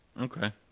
Okay